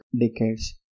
decades